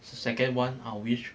second one I'll wish